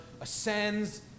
ascends